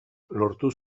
lortu